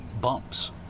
bumps